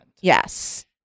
Yes